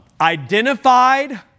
identified